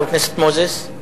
חבר הכנסת מוזס,